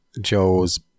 Joe's